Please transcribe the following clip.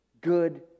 good